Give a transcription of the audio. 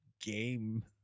game